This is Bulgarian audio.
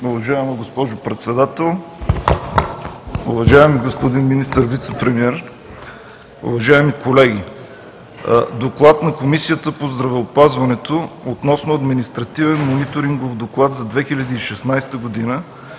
Уважаема госпожо Председател, уважаеми господин Министър и Вицепремиер, уважаеми колеги! „ДОКЛАД на Комисията по здравеопазването относно Административен мониторингов доклад за 2016 г. за